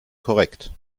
korrekt